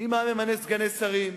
אם היה ממנה סגני שרים,